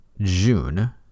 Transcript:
June